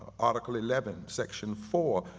article eleven, section four,